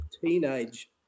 teenage